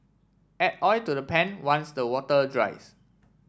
add oil to the pan once the water dries